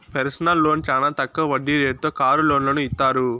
personal loan చానా తక్కువ వడ్డీ రేటుతో కారు లోన్లను ఇత్తారు